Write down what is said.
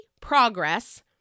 progress